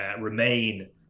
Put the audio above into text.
Remain